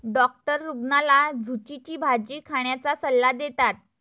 doctor रुग्णाला झुचीची भाजी खाण्याचा सल्ला देतात